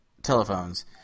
Telephones